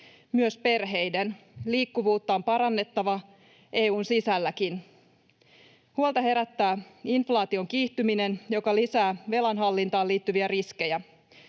myös perheiden. Liikkuvuutta on parannettava EU:n sisälläkin. Huolta herättää inflaation kiihtyminen, joka lisää velanhallintaan liittyviä riskejä.